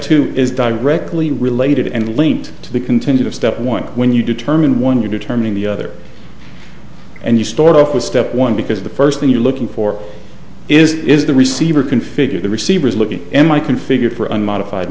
two is directly related and linked to the content of step one when you determine one you determining the other and you start off with step one because the first thing you're looking for is is the receiver configure the receivers looking m i configured for unmodified